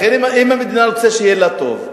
לכן, אם המדינה רוצה שיהיה לה טוב,